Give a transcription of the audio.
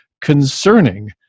concerning